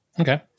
Okay